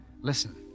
Listen